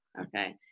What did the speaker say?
Okay